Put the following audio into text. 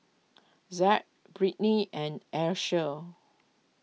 Zaid Britney and Alycia